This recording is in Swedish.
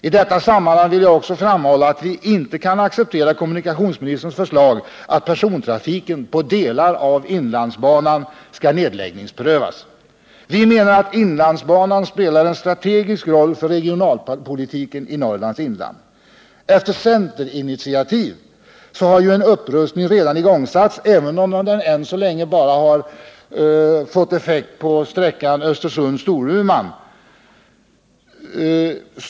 I detta sammanhang vill jag också framhålla att vi inte kan acceptera kommunikationsministerns förslag att persontrafiken på delar av inlandsbanan skall nedläggningsprövas. Vi menar att inlandsbanan spelar en strategisk roll för regionalpolitiken i Norrlands inland. Efter centerinitiativ har en upprustning redan igångsatts, även om den än så länge har fått effekt bara på sträckan Östersund-Storuman.